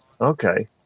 okay